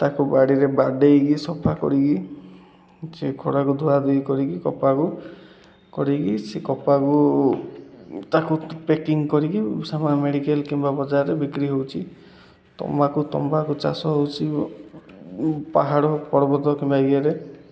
ତାକୁ ବାଡ଼ିରେ ବାଡ଼େଇକି ସଫା କରିକି ସେ ଖଡ଼ାକୁ ଧୁଆ ଧୁଇ କରିକି କପାକୁ କରିକି ସେ କପାକୁ ତାକୁ ପ୍ୟାକିଙ୍ଗ କରିକି ସେ ମେଡ଼ିକାଲ କିମ୍ବା ବଜାରରେ ବିକ୍ରି ହେଉଛି ତମ୍ବାକୁ ତମ୍ବାକୁ ଚାଷ ହେଉଛି ପାହାଡ଼ ପର୍ବତ କିମ୍ବା ଇଏରେ